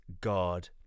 God